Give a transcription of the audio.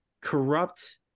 Corrupt